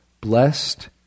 blessed